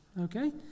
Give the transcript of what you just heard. okay